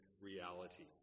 reality